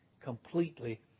completely